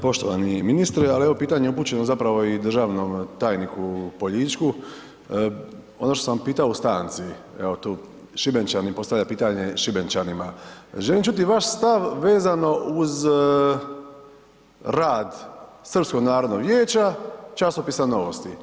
Poštovani ministre, ali evo pitanje je zapravo i državom tajniku Poljičku, ono što sam pitao u stanci, evo tu Šibenčanin postavlja pitanje Šibenčanima, želim čuti vaš stav vezano uz rad Srpskog narodnog vijeća, časopisa „Novosti“